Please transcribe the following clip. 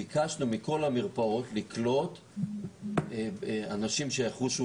ביקשנו מכל המרפאות לקלוט אנשים שיחושו